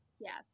Yes